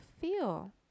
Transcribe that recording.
feel